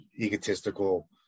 egotistical